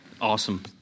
Awesome